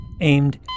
aimed